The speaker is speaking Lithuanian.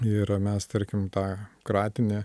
ir mes tarkim tą kratinį